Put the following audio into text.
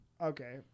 Okay